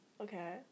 Okay